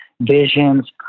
visions